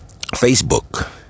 facebook